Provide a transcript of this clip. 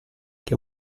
che